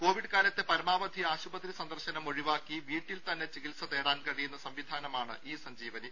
Covid കാലത്ത് പരമാവധി ആശുപത്രി സന്ദർശനം ഒഴിവാക്കി വീട്ടിൽ തന്നെ ചികിത്സ തേടാൻ കഴിയുന്ന സംവിധാനമാണ് ഇ സഞ്ജീവനി